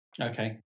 Okay